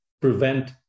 prevent